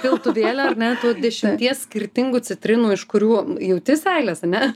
piltuvėlio ar ne tų dešimties skirtingų citrinų iš kurių jauti seiles ane